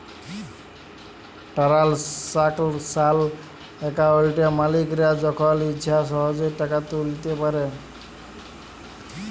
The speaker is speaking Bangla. টারালসাকশাল একাউলটে মালিকরা যখল ইছা সহজে টাকা তুইলতে পারে